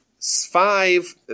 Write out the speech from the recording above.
five